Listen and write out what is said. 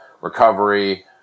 recovery